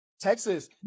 Texas